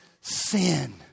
sin